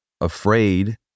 afraid